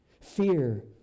Fear